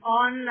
on